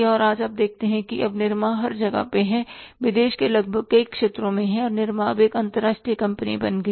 और आप आज देखते हैं कि अब निरमा हर जगह है वे देश के लगभग कई क्षेत्रों में हैं और निरमा अब अंतर्राष्ट्रीय कंपनी बन गई है